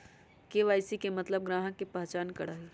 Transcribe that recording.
KYC के मतलब ग्राहक का पहचान करहई?